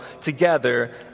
together